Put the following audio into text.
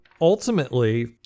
ultimately